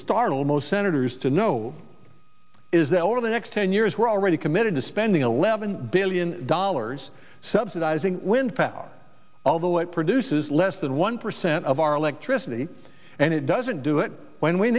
startle most senators to know is that over the next ten years we're already committed to spending eleven billion dollars subsidizing wind factor although it produces less than one percent of our electricity and it doesn't do it when we